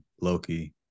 loki